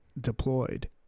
deployed